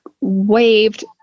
waved